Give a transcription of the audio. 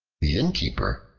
the innkeeper,